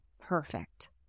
perfect